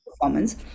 performance